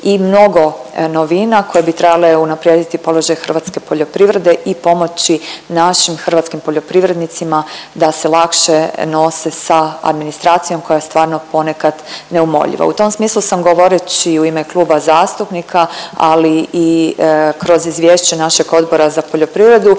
i mnogo novina koje bi trebale unaprijediti položaj hrvatske poljoprivrede i pomoći našim hrvatskim poljoprivrednicima da se lakše nose sa administracijom koja je stvarno ponekad neumoljiva. U tom smislu sam govoreći u ime kluba zastupnika, ali i kroz izvješće našeg Odbora za poljoprivredu